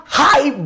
high